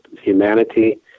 humanity